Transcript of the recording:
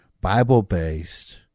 Bible-based